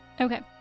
Okay